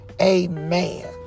amen